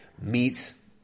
meets